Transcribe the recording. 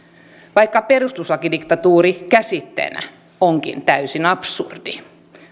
vaikka perustuslakidiktatuuri käsitteenä onkin täysin absurdi